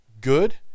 good